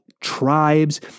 tribes